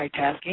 multitasking